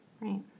Right